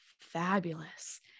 fabulous